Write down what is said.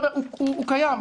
הוא קיים,